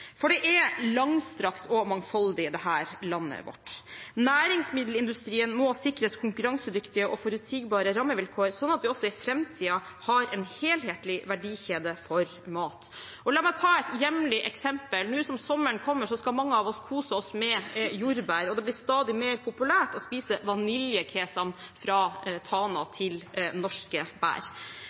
for det er langstrakt og mangfoldig, dette landet vårt. Næringsmiddelindustrien må sikres konkurransedyktige og forutsigbare rammevilkår sånn at vi også i framtiden har en helhetlig verdikjede for mat. La meg ta et hjemlig eksempel. Nå som sommeren kommer, skal mange av oss kose oss med jordbær, og det blir stadig mer populært å spise vaniljekesam fra Tana til norske bær.